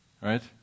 Right